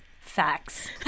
Facts